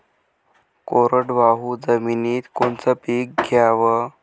कोरडवाहू जमिनीत कोनचं पीक घ्याव?